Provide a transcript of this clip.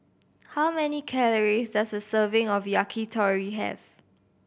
how many calories does a serving of Yakitori have